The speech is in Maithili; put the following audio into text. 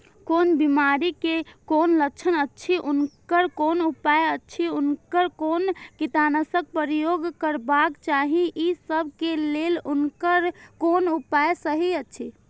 कोन बिमारी के कोन लक्षण अछि उनकर कोन उपाय अछि उनकर कोन कीटनाशक प्रयोग करबाक चाही ई सब के लेल उनकर कोन उपाय सहि अछि?